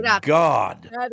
God